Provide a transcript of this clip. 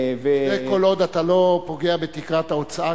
כל עוד אתה לא פוגע בתקרת ההוצאה.